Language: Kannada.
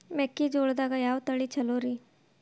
ಮೆಕ್ಕಿಜೋಳದಾಗ ಯಾವ ತಳಿ ಛಲೋರಿ?